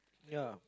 ya